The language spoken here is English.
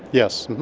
yes.